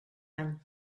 any